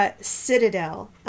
...citadel